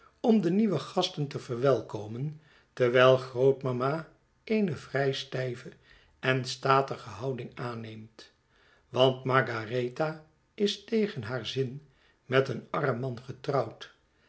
om de nieuwe gasten te verwelkomen terwijl grootmama eene vrij stijve en statige houding aanrieemt want margaretha is tegen haar zin met een arm man getrouwd